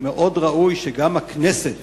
מאוד ראוי שגם הכנסת